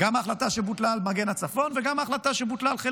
גם את ההחלטה שבוטלה על מגן הצפון וגם את ההחלטה שבוטלה על חיל